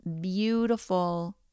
beautiful